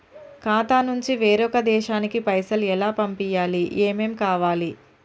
ఖాతా నుంచి వేరొక దేశానికి పైసలు ఎలా పంపియ్యాలి? ఏమేం కావాలి?